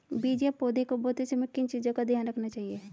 बीज या पौधे को बोते समय किन चीज़ों का ध्यान रखना चाहिए?